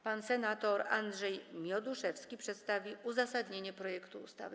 Pan senator Andrzej Mioduszewski przedstawi uzasadnienie projektu ustawy.